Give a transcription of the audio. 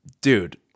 Dude